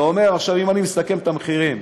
אם אני מסכם את המחירים,